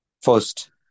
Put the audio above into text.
first